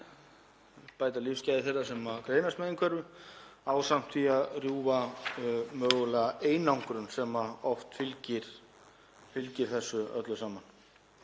bæta lífsgæði þeirra sem greinast með einhverfu ásamt því að rjúfa mögulega einangrun sem oft fylgir þessu öllu saman.